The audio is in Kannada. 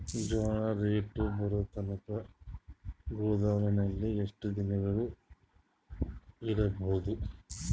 ಜೋಳ ರೇಟು ಬರತಂಕ ಗೋದಾಮಿನಲ್ಲಿ ಎಷ್ಟು ದಿನಗಳು ಯಿಡಬಹುದು?